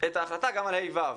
את ההחלטה גם לגבי כיתות ה'-ו'.